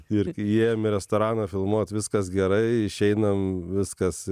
ir įėjom į restoraną filmuot viskas gerai išeinamviskas